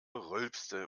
rülpste